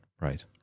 right